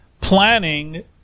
planning